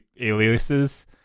aliases